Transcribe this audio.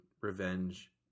Revenge